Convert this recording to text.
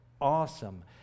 awesome